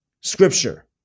scripture